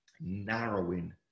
narrowing